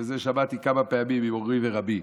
ואת זה שמעתי כמה פעמים ממורי ורבי,